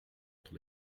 entre